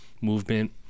Movement